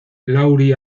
laurie